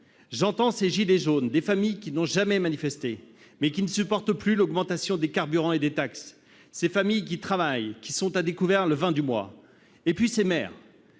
J'entends ces « gilets jaunes », ces familles qui n'ont jamais manifesté, mais qui ne supportent plus l'augmentation des carburants et des taxes, ces familles qui travaillent mais sont à découvert dès le 20 du mois. J'entends aussi ces maires,